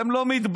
אתם לא מתביישים?